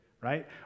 right